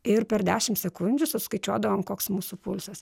ir per dešim sekundžių suskaičiuodavom koks mūsų pulsas